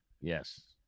Yes